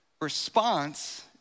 response